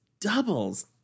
doubles